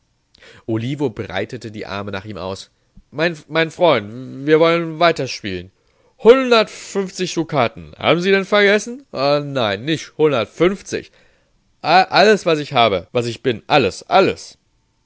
olivo breitete die arme nach ihm aus mein freund wir wollen weiterspielen hundertfünfzig dukaten haben sie denn vergessen nein nicht hundertfünfzig alles was ich habe was ich bin alles alles